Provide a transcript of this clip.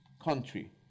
country